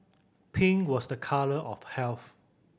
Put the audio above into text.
pink was a colour of health